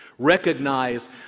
recognize